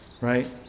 right